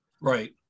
right